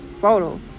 photo